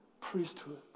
priesthood